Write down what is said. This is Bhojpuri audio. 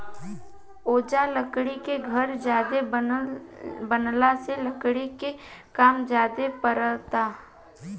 ओजा लकड़ी के घर ज्यादे बनला से लकड़ी के काम ज्यादे परता